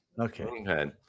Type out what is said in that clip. Okay